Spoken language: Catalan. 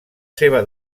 seva